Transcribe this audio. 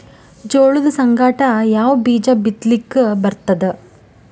ಜೋಳದ ಸಂಗಾಟ ಯಾವ ಬೀಜಾ ಬಿತಲಿಕ್ಕ ಬರ್ತಾದ?